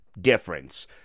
difference